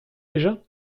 déjà